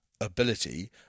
Ability